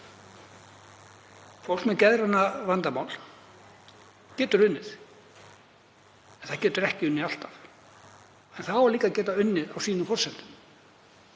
Fólk með geðræn vandamál getur unnið. Það getur ekki unnið alltaf en það á að geta unnið á sínum forsendum.